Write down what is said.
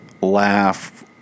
laugh